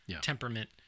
temperament